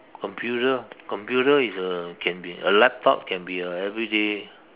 computer computer is a can be a laptop can be a everyday